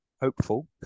hopeful